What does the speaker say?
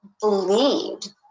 believed